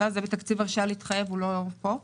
זה בתקציב הרשאה להתחייב הוא לא פה.